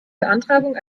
beantragung